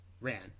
ran